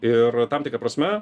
ir tam tikra prasme